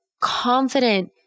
confident